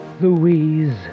Louise